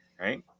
right